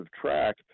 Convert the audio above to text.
track